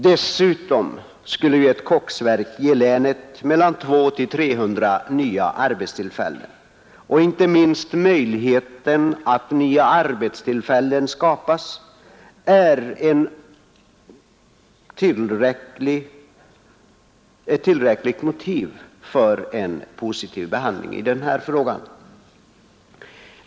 Dessutom skulle ett koksverk ge länet — 200-300 nya arbetstillfällen, och inte minst möjligheten att nya arbetstillfällen tillskapas är ett tillräckligt motiv för en positiv behandling av denna fråga.